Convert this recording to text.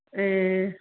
ए